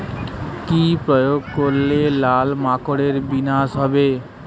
কি প্রয়োগ করলে লাল মাকড়ের বিনাশ হবে?